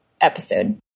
episode